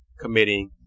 committing